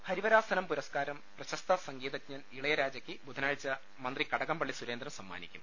ഹരിവരാസനം പുരസ്കാരം പ്രശസ്ത സംഗീതജ്ഞൻ ഇളയരാജക്ക് ബുധനാഴ്ച മന്ത്രി കടകംപള്ളി സുരേന്ദ്രൻ സമ്മാ നിക്കും